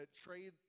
trade